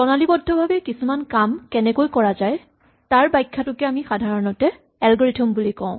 প্ৰণালীবদ্ধভাৱে কিছুমান কাম কেনেকৈ কৰা যায় তাৰ ব্যাখ্যাটোকে আমি সাধাৰণতে এলগৰিথম বুলি কওঁ